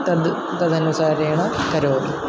तद् तदनुसारेण करोतु